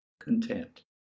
content